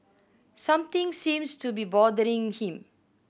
something seems to be bothering him